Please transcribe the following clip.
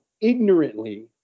ignorantly